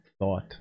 thought